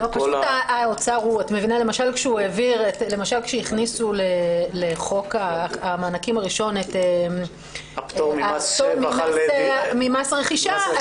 למשל כשהכניסו לחוק המענקים הראשון את הפטור ממס רכישה,